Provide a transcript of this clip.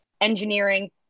engineering